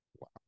Wow